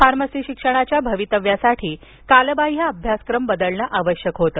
pharmacy शिक्षणाच्या भवितव्यासाठी कालबाह्य अभ्यासक्रम बदलणे आवश्यक होते